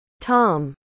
Tom